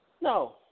No